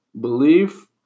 belief